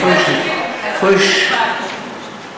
אדוני,